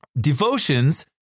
devotions